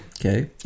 Okay